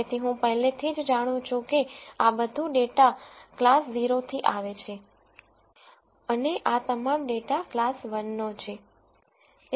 તેથી હું પહેલેથી જ જાણું છું કે આ બધો ડેટા ક્લાસ 0 થી આવે છે અને આ તમામ ડેટા ક્લાસ 1 નો છે